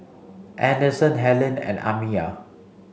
Anderson Helaine and Amiyah